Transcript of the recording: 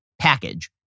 package